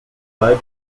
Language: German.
leib